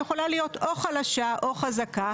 שהיא יכולה להיות או חלשה או חזקה,